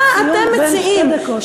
מה אתם מציעים?